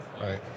Right